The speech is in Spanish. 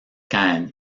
caen